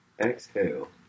Exhale